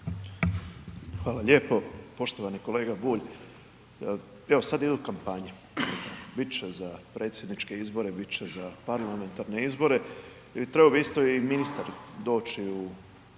Hvala lijepo. Poštovani kolega Bulj, evo sad idu kampanje, bit će za predsjedniče izbore, bit će za parlamentarne izbore i trebao bi isto i ministar doći u